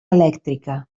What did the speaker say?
elèctrica